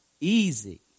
easy